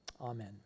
Amen